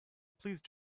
please